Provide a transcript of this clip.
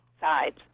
sides